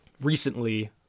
recently